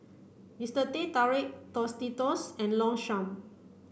Mister Teh Tarik Tostitos and Longchamp